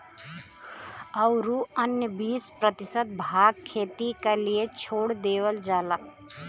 औरू अन्य बीस प्रतिशत भाग खेती क लिए छोड़ देवल जाला